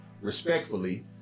respectfully